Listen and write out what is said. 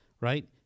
right